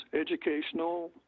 educational